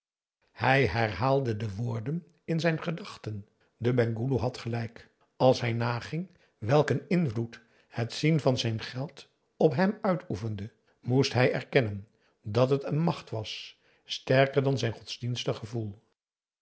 hij herhaalde de woorden in zijn gedachten de penghoeloe had gelijk als hij naging welk een invloed het zien van zijn geld op hem uitoefende moest hij erkennen dat het een macht was sterker dan zijn godsdienstig gevoel